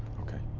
okay